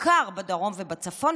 בעיקר בדרום ובצפון,